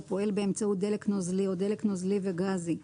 הפועל באמצעות דלק נוזלי או דלק נוזלי וגזי,